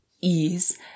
ease